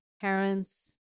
parents